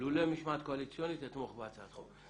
אלמלא משמעת קואליציונית, אתמוך בהצעת החוק.